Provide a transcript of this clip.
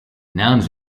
nouns